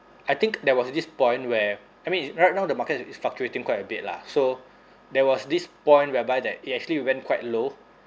I think there was this point where I mean right now the market is is fluctuating quite a bit lah so there was this point whereby that it actually went quite low